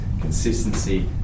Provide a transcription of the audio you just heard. consistency